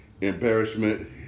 embarrassment